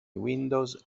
windows